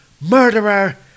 Murderer